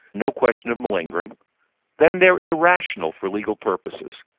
no question of malingering then they are irrational for legal purposes.